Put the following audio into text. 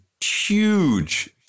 huge